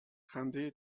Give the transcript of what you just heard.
خنده